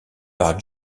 par